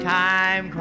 time